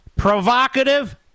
provocative